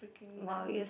freaking nice